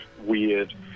weird